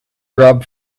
rob